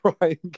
trying